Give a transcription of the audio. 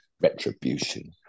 Retribution